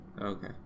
Okay